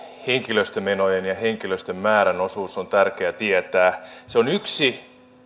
henkilöstömenojen ja henkilöstön määrän osuus on tärkeä tietää se on yksi